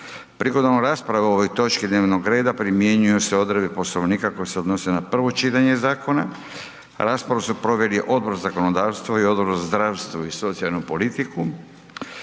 Prigodom rasprave o ovoj točki dnevnog reda primjenjuju se odredbe Poslovnika koje se odnose na prvo čitanje zakona. Raspravu su proveli Odbor za zakonodavstvo i Odbor za zdravstvo i socijalnu politiku.